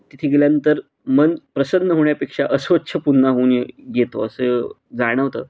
तिथे गेल्यानंतर मन प्रसन्न होण्यापेक्षा अस्वच्छ पुन्हा होऊन येतो असं जाणवतं